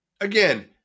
again